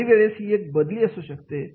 काही वेळेस ही एक बदली असू शकते